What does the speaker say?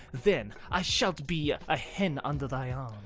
then, i shallt be a ah hen under thy ah